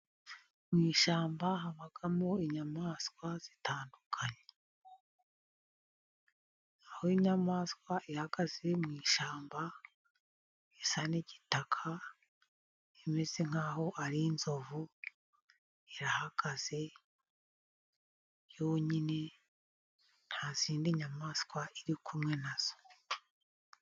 Mu ishyamba habamo inyamaswa zitandukanye. Aho inyamaswa ihagaze mu ishyamba isa n'igitaka, imeze nk'aho ari inzovu. Irahagaze yonyine nta zindi nyamaswa iri kumwe na zo.